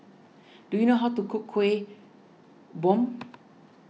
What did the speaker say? do you know how to cook Kueh Bom